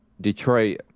Detroit